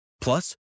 Plus